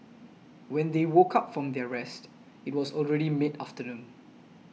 when they woke up from their rest it was already mid afternoon